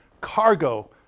cargo